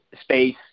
space